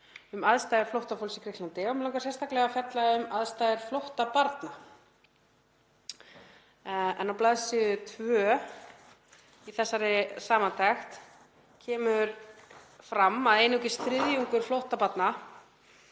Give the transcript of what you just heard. um aðstæður flóttafólks í Grikklandi, og langar mig sérstaklega að fjalla um aðstæður flóttabarna. Á bls. 2 í þessari samantekt kemur fram að einungis þriðjungur flóttabarna